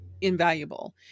invaluable